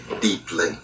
deeply